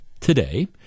today